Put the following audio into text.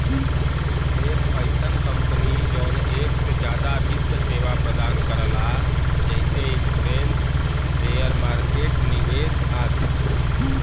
एक अइसन कंपनी जौन एक से जादा वित्त सेवा प्रदान करला जैसे इन्शुरन्स शेयर मार्केट निवेश आदि